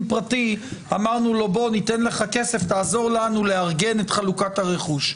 פרטי ונתנו לו כסף כדי שיעזור לנו לארגן את חלוקת הרכוש,